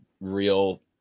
real